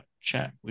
Chat